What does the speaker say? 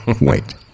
wait